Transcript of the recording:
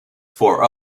four